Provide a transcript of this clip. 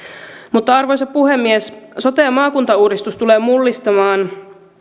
arvoisa puhemies sote ja maakuntauudistus tulee mullistamaan